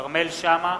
כרמל שאמה,